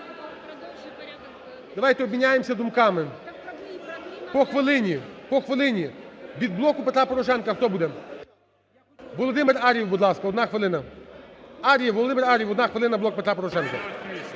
Давайте обміняємося думками. По хвилині. Від "Блоку Петра Порошенка" хто буде? Володимир Ар'єр, будь ласка. 1 хвилина. Ар'єв, Володимир Ар'єв, 1 хвилина, "Блок Петра Порошенка".